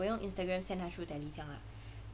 我用 Instagram send 他 through tele 这样